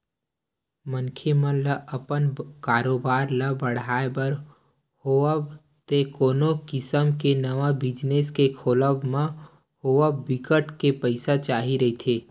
मनखे मन ल अपन कारोबार ल बड़हाय बर होवय ते कोनो किसम के नवा बिजनेस के खोलब म होवय बिकट के पइसा चाही रहिथे